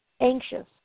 anxious